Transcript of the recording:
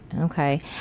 okay